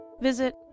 visit